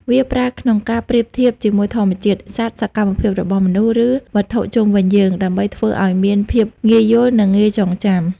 វាប្រើក្នុងការប្រៀបធៀបជាមួយធម្មជាតិ សត្វ សកម្មភាពរបស់មនុស្ស ឬវត្ថុជុំវិញយើង ដើម្បីធ្វើឲ្យមានភាពងាយយល់ និងងាយចងចាំ។